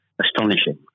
astonishing